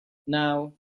now